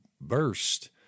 burst